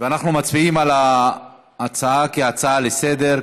אנחנו מצביעים על ההצעה כהצעה לסדר-היום,